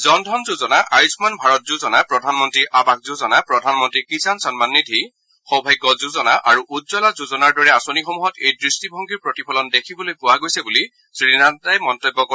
জন ধন যোজনা আয়ুগ্মান ভাৰত যোজনা প্ৰধানমন্ত্ৰী আৱাস যোজনা প্ৰধানমন্ত্ৰী কিযাণ সন্মান নিধি সৌভাগ্য যোজনা আৰু উজ্বলা যোজনাৰ দৰে আঁচনিসমূহত এই দৃষ্টিভংগীৰ প্ৰতিফলন দেখিবলৈ পোৱা গৈছে বুলি শ্ৰীনড্ডাই মন্তব্য কৰে